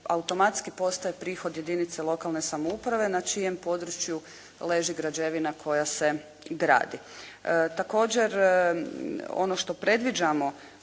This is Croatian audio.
automatski postaje prihod jedinica lokalne samouprave na čijem području leži građevina koja se gradi.